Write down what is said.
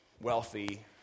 wealthy